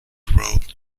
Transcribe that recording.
road